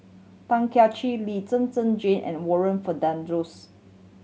Chin Lee Zhen Zhen Jane and Warren